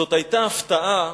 זאת היתה הפתעה